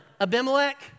Abimelech